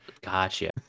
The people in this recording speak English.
Gotcha